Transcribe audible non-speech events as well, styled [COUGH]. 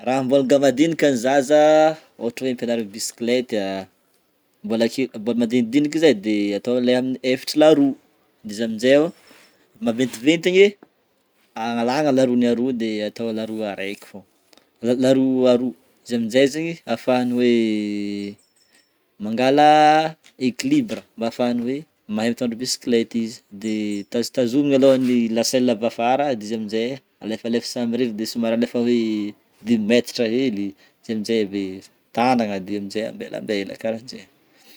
Raha mbôla gao madinika ny zaza ohatra hoe ampenarigny bisikleta a mbôla ke- mbola madinidiniky izy e de atao le amin'ny efatra laroa, de izy amin'jay o maventiventy igny analagna laroany aroa de atô laroa araiky fogna la- laroa aroa izy amin'jay zegny afahany hoe [HESITATION] mangala équilibre, mba afahany hoe mahay mitondra bisikleta izy de tazotazomina alôha ny la selle avy afara de izy amin'jay alefalefa samirery de somary alefa hoe dimy metatra hely, izy am'jay ave tanagna de igny amin'jay ambelambela karahan'jegny.